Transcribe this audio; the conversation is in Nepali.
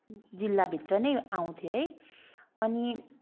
जिल्लाभित्र नै आउँथ्यो है अनि